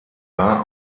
war